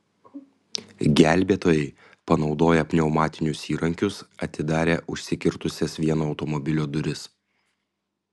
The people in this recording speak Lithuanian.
gelbėtojai panaudoję pneumatinius įrankius atidarė užsikirtusias vieno automobilio duris